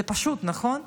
זה פשוט, נכון?